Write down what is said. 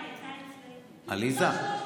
עליזה,